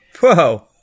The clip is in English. Whoa